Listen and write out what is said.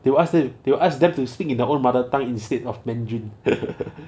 they will ask them they will ask them to speak in their own mother tongue instead of mandarin